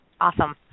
Awesome